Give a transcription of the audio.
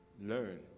learn